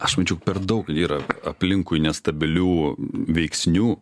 aš mačiau per daug yra aplinkui nestabilių veiksnių